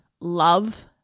love